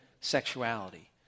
sexuality